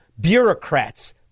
bureaucrats